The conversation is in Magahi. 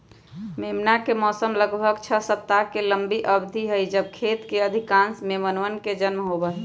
मेमना के मौसम लगभग छह सप्ताह के लंबी अवधि हई जब खेत के अधिकांश मेमनवन के जन्म होबा हई